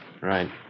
Right